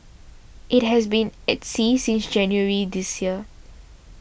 it has been at sea since January this year